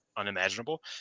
unimaginable